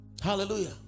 hallelujah